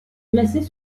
placées